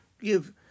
give